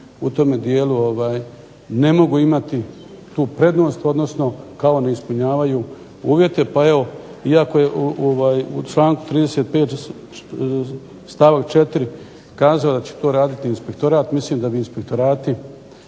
u tome dijelu ne mogu imati tu prednost, odnosno kao ne ispunjavaju uvjete pa evo iako je u članku 35. stavak 4. kazao da će to raditi inspektorat. Mislim da bi inspektorati